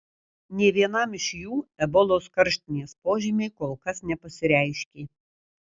nei vienam iš jų ebolos karštinės požymiai kol kas nepasireiškė